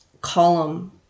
column